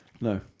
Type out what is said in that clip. No